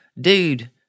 dude